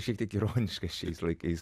šiek tiek ironiška šiais laikais